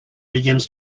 begins